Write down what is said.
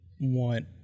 want